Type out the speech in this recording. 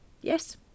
Yes